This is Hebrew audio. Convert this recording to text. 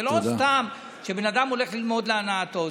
זה לא סתם שאדם הולך ללמוד להנאתו.